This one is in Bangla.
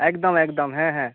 একদম একদম হ্যাঁ হ্যাঁ